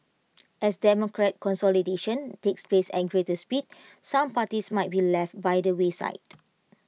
as democratic consolidation takes place at greater speed some parties might be left by the wayside